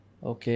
Okay